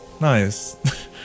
Nice